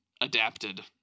adapted